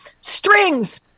strings